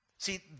See